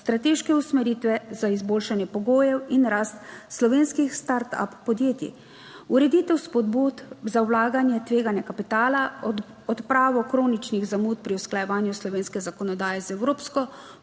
strateške usmeritve za izboljšanje pogojev in rast slovenskih Start up podjetij. Ureditev spodbud za vlaganje tveganja kapitala, odpravo kroničnih zamud pri usklajevanju slovenske zakonodaje z evropsko,